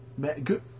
good